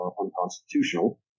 unconstitutional